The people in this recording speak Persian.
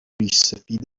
ریشسفید